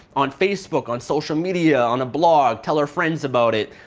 on facebook, on social media, on a blog, tell our friends about it,